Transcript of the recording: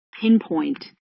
pinpoint